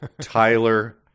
Tyler